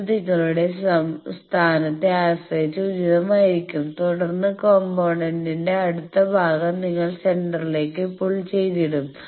ഇത് നിങ്ങളുടെ സ്ഥാനത്തെ ആശ്രയിച്ച് ഉചിതമായിരിക്കും തുടർന്ന് കമ്പോണേന്റിലെ അടുത്ത ഭാഗം നിങ്ങൾ സെന്റർലേക്ക് പുള്ള് ചെയ്തിടും